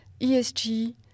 ESG